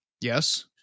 yes